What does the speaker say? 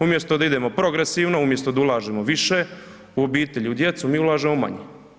Umjesto da idemo progresivno, umjesto da ulažemo više u obitelj, u djecu, mi ulažemo manje.